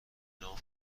نام